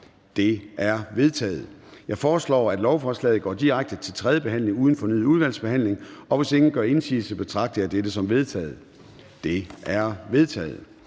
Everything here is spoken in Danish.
De er vedtaget. Jeg foreslår, at lovforslagene går direkte til tredje behandling uden fornyet udvalgsbehandling. Hvis ingen gør indsigelse, betragter jeg dette som vedtaget. Det er vedtaget.